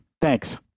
Thanks